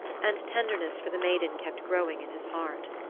and tenderness for the maiden kept growing in his heart.